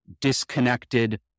disconnected